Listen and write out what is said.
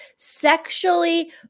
sexually